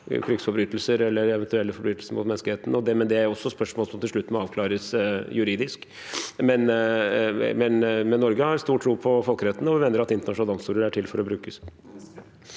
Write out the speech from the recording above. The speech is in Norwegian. krigsforbrytelser eller eventuelle forbrytelser mot menneskeheten. Men det er også spørsmål som til slutt må avklares juridisk. Norge har stor tro på folkeretten, og vi mener at internasjonale domstoler er til for å brukes.